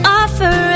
offer